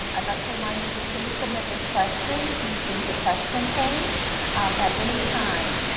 um i'd like to remind you to please submit your questions using the question pane at any time.